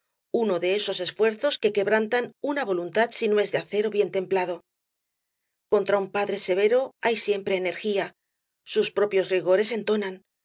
uno de esos esfuerzos que quebrantan una voluntad si no es de acero bien templado contra un padre severo hay siempre energía sus propios rigores entonan